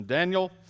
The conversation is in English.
Daniel